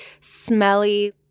smelly